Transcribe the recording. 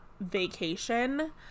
vacation